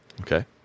Okay